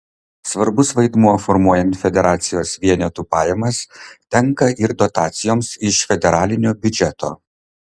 svarbus vaidmuo formuojant federacijos vienetų pajamas tenka ir dotacijoms iš federalinio biudžeto